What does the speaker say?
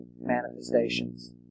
manifestations